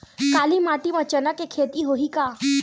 काली माटी म चना के खेती होही का?